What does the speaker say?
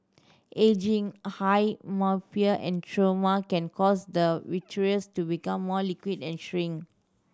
ageing high myopia and trauma can cause the vitreous to become more liquid and shrink